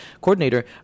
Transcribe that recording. coordinator